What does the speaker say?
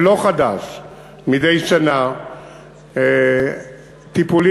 חבר הכנסת אחמד טיבי,